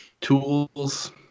Tools